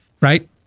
right